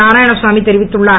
நாராயணசாமி தெரிவித்துள்ளார்